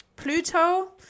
pluto